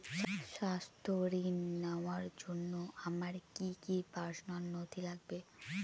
স্বাস্থ্য ঋণ নেওয়ার জন্য আমার কি কি পার্সোনাল নথি লাগবে?